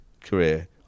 career